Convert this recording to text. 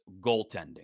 goaltending